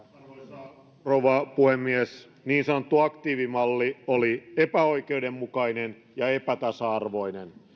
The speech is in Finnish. arvoisa rouva puhemies niin sanottu aktiivimalli oli epäoikeudenmukainen ja epätasa arvoinen